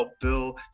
Bill